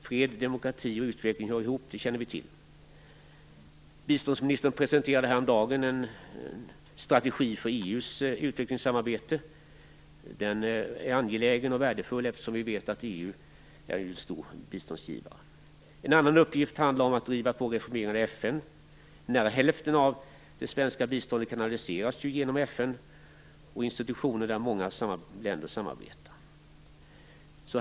Fred, demokrati och utveckling hör ihop, det känner vi till. Biståndsministern presenterade häromdagen en strategi för EU:s utvecklingssamarbete. Den är angelägen och värdefull, eftersom vi vet att EU är en stor biståndsgivare. En annan uppgift är att driva på reformeringen av FN. Nära hälften av det svenska biståndet kanaliseras ju genom FN och institutioner där många länder samarbetar.